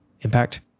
impact